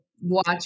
watch